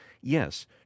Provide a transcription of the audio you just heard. yes